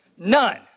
None